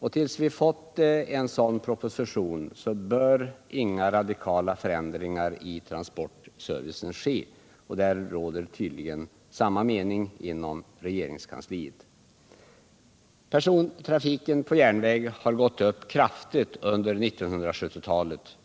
landet. Tills vi har fått en sådan proposition bör inga radikala förändringar i transportservicen vidtas. Därom råder tydligen samma mening inom regeringskansliet. Persontrafiken på järnväg har gått upp kraftigt under 1970-talet.